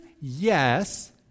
yes